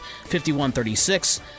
51-36